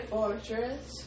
Fortress